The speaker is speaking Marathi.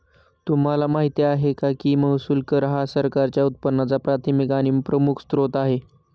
तुम्हाला माहिती आहे का की महसूल कर हा सरकारच्या उत्पन्नाचा प्राथमिक आणि प्रमुख स्त्रोत आहे